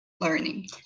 learning